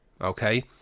okay